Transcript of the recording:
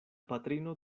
patrino